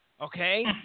okay